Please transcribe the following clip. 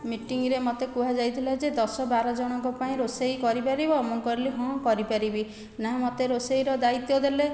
ମିଟିଙ୍ଗିରେ ମୋତେ କୁହାଯାଇଥିଲା ଯେ ଦଶ ବାର ଜଣଙ୍କ ପାଇଁ ରୋଷେଇ କରିପାରିବ ମୁଁ କହିଲି ହଁ କରିପାରିବି ନା ମୋତେ ରୋଷେଇର ଦାୟିତ୍ୱ ଦେଲେ